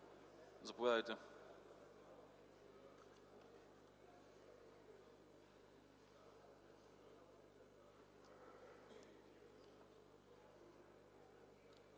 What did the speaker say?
заповядайте.